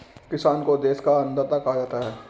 किसान को देश का अन्नदाता कहा जाता है